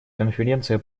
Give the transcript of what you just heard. конференция